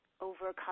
overcome